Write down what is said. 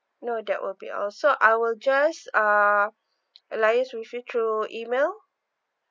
no that will be all so I will just uh liaise with you through email